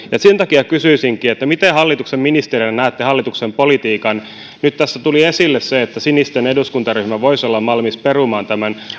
sen takia kysyisinkin miten hallituksen ministereinä näette hallituksen politiikan nyt tässä tuli esille se että sinisten eduskuntaryhmä voisi olla valmis perumaan tämän